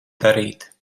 darīt